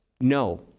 No